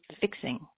fixing